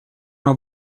una